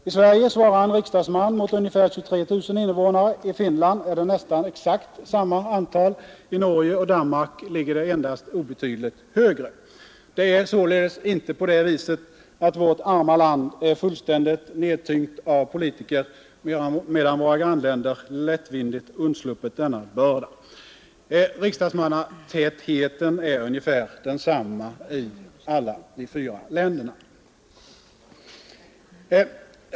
I Sverige svarar en riksdagsman mot ungefär 23 000 invånare, i Finland är det nästan exakt samma antal, i Norge och Danmark ligger det endast obetydligt högre. Det är således inte på det viset att vårt arma land är fullständigt nedtyngt av politiker, medan våra grannländer lättvindigt undsluppit denna börda. Riksdagsmannatätheten är ungefär densamma i alla de fyra länderna.